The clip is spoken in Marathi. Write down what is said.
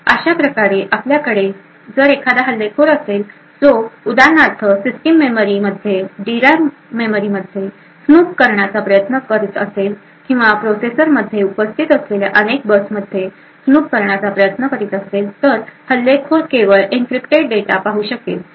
अशा प्रकारे आपल्याकडे जर एखादा हल्लेखोर असेल जो उदाहरणार्थ सिस्टम मेमरीमध्ये डी रॅम मेमरीमध्ये स्नूप करण्याचा प्रयत्न करीत असेल किंवा प्रोसेसरमध्ये उपस्थित असलेल्या अनेक बसमध्ये स्नूप करण्याचा प्रयत्न करीत असेल तर हल्लेखोर केवळ एनक्रिप्टेड डेटा पाहू शकेल